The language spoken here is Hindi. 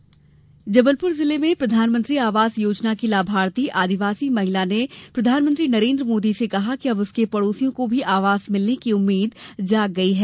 मोदी आवास जबलपुर जिले में प्रधानमंत्री आवास योजना की लाभार्थी आदिवासी महिला ने प्रधानमंत्री नरेन्द्र मोदी से कहा कि अब उसके पड़ोसियों को भी आवास मिलने की उम्मीद जाग गई है